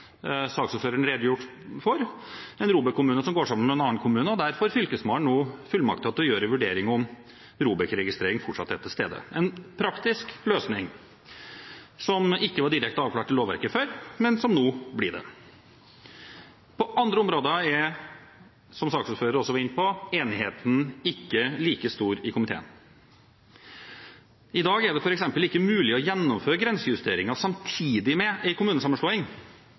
saksordføreren redegjorde for, som går sammen med en annen kommune. Der får Fylkesmannen nå fullmakter til å gjøre en vurdering av om ROBEK-registrering fortsatt er til stede – en praktisk løsning, som ikke var direkte avklart i lovverket før, men som nå blir det. På andre områder er, som saksordføreren også var inne på, enigheten ikke like stor i komiteen. I dag er det f.eks. ikke mulig å gjennomføre grensejusteringer samtidig med kommunesammenslåing.